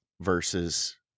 versus